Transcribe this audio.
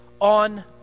on